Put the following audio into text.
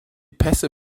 pässe